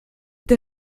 der